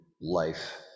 life